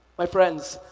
my friends,